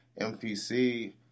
MPC